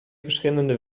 verschillende